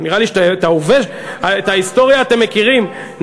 נראה לי שאת ההיסטוריה אתם מכירים,